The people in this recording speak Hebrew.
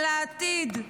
על העתיד.